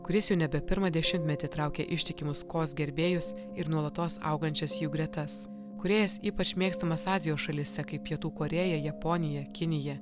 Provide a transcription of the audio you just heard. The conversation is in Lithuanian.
kuris jau nebe pirmą dešimtmetį traukia ištikimus kaws gerbėjus ir nuolatos augančias jų gretas kūrėjas ypač mėgstamas azijos šalyse kaip pietų korėja japonija kinija